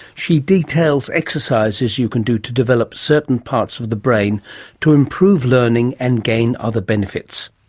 she details exercises you can do to develop certain parts of the brain to improve learning and gain other benefits.